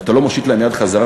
ואתה לא מושיט להן יד חזרה,